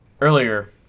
Earlier